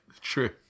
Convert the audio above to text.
true